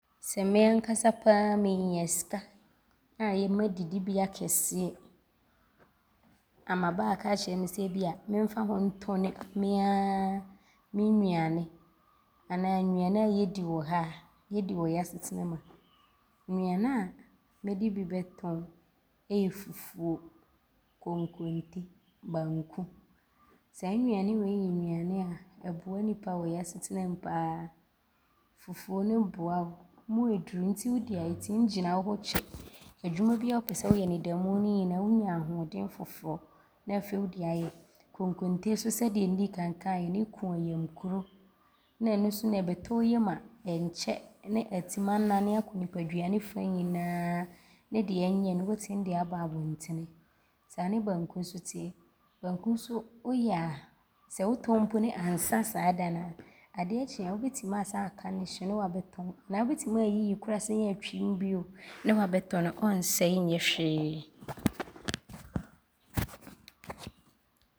Sɛ me ankasa pa ara meenya sika ayɛ m’adidibea kɛseɛ ama bɛaaka akyerɛ me sɛ ebia memfa hɔ ntɔno meaa me nnuane anaa nnuane a yɛdi wɔ ha, yɛdi wɔ yɛ asetena mu a, nnuane a nde bi bɛtɔno yɛ fufuo, konkonte, banku. Saa nnuane wei yɛ nnuane a ɔnoa nnipa wɔ yɛ asetena mu pa ara. Fufuo no mu ɔduru nti wodi a, ɔtim gyina wo ho kyɛre. Adwuma bi a wopɛ sɛ woyɛ ne da mu ne nyinaa no, wonya ahoɔden foforɔ ne afei wode ayɛ. Konkonte so, sɛdeɛ ndii kan kaeɛ no, ɔku ayamkro ne ɔno so no, ɔbɛtɔ wo yam a, ɔnkyɛ ne aatim anane kɔ nnipadua no fa nyinaa ne deɛ ɔnyɛ no, woatim de aaba abɔntene. Saa ne banku so teɛ, nti banku so nti woyɛ a, sɛ wotɔn mpo ne ansa saa da no a, adeɛ kye a, wobɛtim aasae aka ne hye ne woabɛtɔn anaa wobɛtim aayiyi koraa aasane aatwim bio ne woabɛtɔno, ɔnsɛe nyɛ hwee.